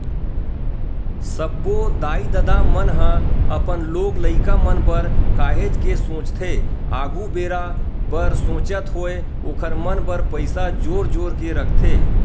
सब्बो दाई ददा मन ह अपन लोग लइका मन बर काहेच के सोचथे आघु बेरा बर सोचत होय ओखर मन बर पइसा जोर जोर के रखथे